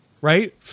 Right